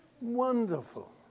Wonderful